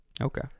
Okay